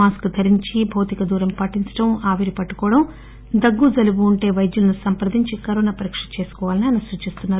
mask ధరించి భౌతికదూరం పాటించడంఆవిరి పట్లుకోవడం దగ్గు జలుటు ఉంటే వైద్యులను సంప్రదించి కరోనా పరీక్షలు చేసుకోవాలని ఆయన సూచించారు